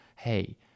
hey